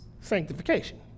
sanctification